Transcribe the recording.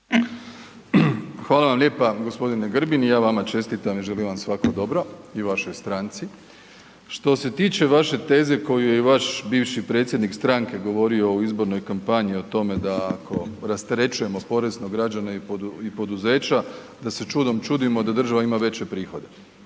Hvala vam lijepa gospodine Grbin i ja vama čestitam i želim vam svako dobro i vašoj stranci. Što se tiče vaše teze koju je i vaš bivši predsjednik stranke govorio u izbornoj kampanji o tome da ako rasterećujemo porezno građane i poduzeća da se čudom čudimo da država ima veće prihode.